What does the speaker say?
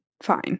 fine